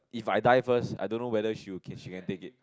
if I die first I don't know whether she will she can take it